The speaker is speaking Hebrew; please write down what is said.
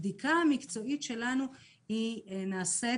הבדיקה המקצועית שלנו נעשית